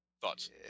Thoughts